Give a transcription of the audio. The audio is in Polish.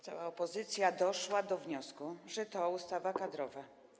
Cała opozycja doszła do wniosku, że to ustawa kadrowa.